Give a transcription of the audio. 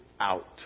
out